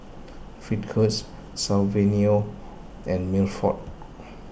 Fitzhugh Saverio and Milford